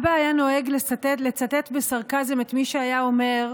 אבא היה נוהג לצטט בסרקזם את מי שהיה אומר: